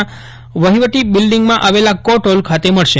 ના વફીવટી બિલ્ડિંગમાં આવેલા કોર્ટ ફોલ ખાતે મળશે